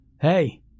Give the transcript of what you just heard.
Hey